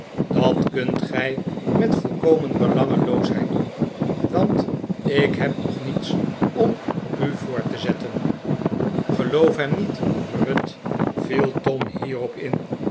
dat kunt gij met volkomen belangeloosheid doen want ik heb nog niets om u voor te zetten geloof hem niet ruth viel tom hierop in